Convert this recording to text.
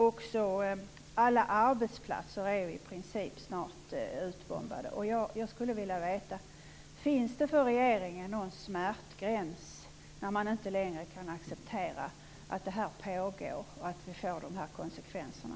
Också alla arbetsplatser är i princip snart utbombade. Jag skulle vilja veta om det finns någon smärtgräns för regeringen där man inte längre kan acceptera att detta pågår och att det får de här konsekvenserna.